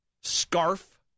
scarf